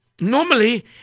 normally